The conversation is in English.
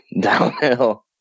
downhill